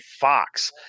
Fox